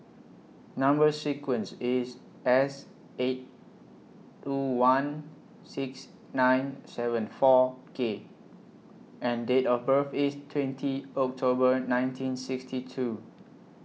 Number sequence IS S eight two one six nine seven four K and Date of birth IS twenty October nineteen sixty two